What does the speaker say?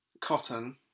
Cotton